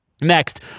Next